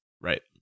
Right